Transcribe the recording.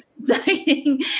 exciting